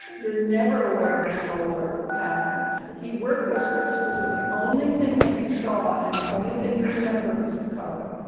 you're never aware of a roller pattern. he worked those surfaces so the only thing that you saw and the only thing you remember is the color